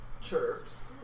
Chirps